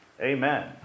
Amen